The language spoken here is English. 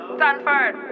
Stanford